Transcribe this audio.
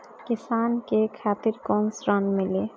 किसान के खातिर कौन ऋण मिली?